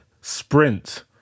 Sprint